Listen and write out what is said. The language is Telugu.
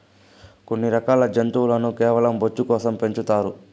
కొన్ని రకాల జంతువులను కేవలం బొచ్చు కోసం పెంచుతారు